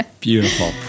Beautiful